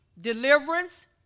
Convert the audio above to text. deliverance